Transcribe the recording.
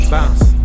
Bounce